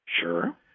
Sure